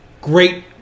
great